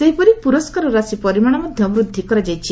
ସେହିପରି ପୁରସ୍କାର ରାଶି ପରିମାଣ ମଧ୍ୟ ବୃଦ୍ଧି କରାଯାଇଛି